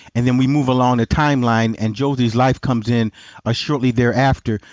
and then we move along the timeline, and josie's life comes in ah shortly thereafter.